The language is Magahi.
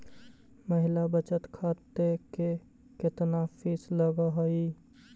महिला बचत खाते के केतना फीस लगअ हई